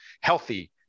healthy